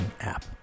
app